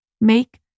Make